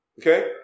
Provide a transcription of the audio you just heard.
Okay